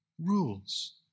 rules